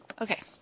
Okay